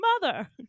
mother